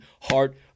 heart